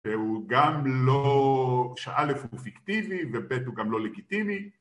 שהוא גם לא... שא' הוא פיקטיבי, וב' הוא גם לא לגיטימי